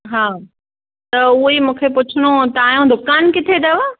हा त उहो ई मूंखे पुछिणो हो तव्हां जो दुकानु किथे अथव